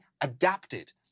adapted